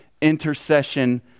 intercession